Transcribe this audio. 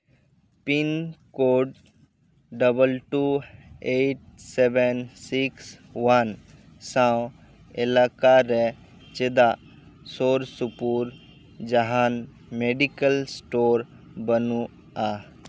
pin code double two eight seven six one ᱥᱟᱶ ᱮᱞᱟᱠᱟ ᱨᱮ ᱪᱮᱫᱟᱜ ᱥᱩᱨ ᱥᱩᱯᱩᱨ ᱡᱟᱦᱟᱱ ᱢᱮᱰᱤᱠᱮᱞ ᱥᱴᱳᱨ ᱵᱟᱹᱱᱩᱜᱼᱟ